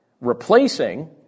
replacing